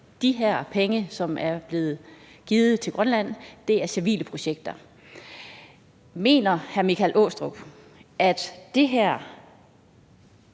at de her penge, som er blevet givet til Grønland, er til civile projekter. Mener hr. Michael Aastrup Jensen, at det her